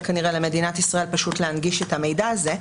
למדינת ישראל היה קל יותר פשוט להנגיש את המידע הזה,